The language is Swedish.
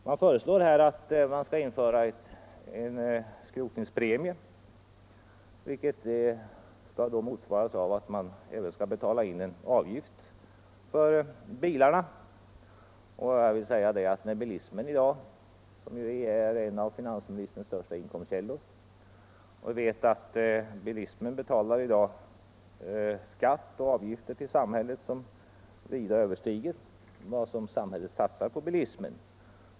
Man föreslår att en skrotningspremie skall införas, vilket medför att bilägarna får betala en avgift när de lämnar bilen för skrotning. Bilismen utgör ju en av finansministerns största inkomstkällor, och vi vet att bilägarna i dag betalar skatt och avgifter till samhället som vida överstiger vad samhället satsar på bilismen.